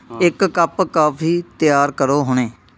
ਹਾਂ ਇੱਕ cup coffee ਤਿਆਰ ਕਰੋ ਹੁਣੇ